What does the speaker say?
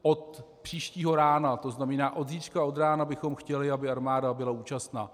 Od příštího rána, to znamená od zítřka od rána, bychom chtěli, aby armáda byla účastna.